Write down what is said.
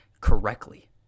correctly